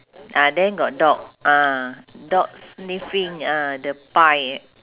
ah then got dog ah dog sniffing ah the pie